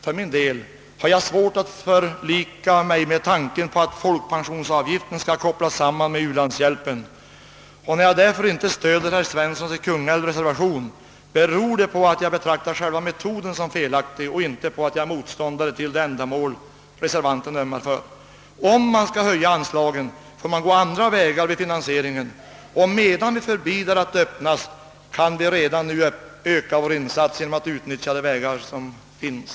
För min del har jag svårt att förlika mig med tanken på att folkpensionsav giften skall kopplas samman med ulandshjälpen. När jag därför inte stöder herr Svenssons i Kungälv reservation beror det på att jag betraktar själva metoden som felaktig och inte på att jag är motståndare till det ändamål reservanterna ömmar för. Om man skall höja anslagen, får man gå andra vägar för finansieringen. Men vi kan redan nu öka vår insats genom att utnyttja de vägar som finns.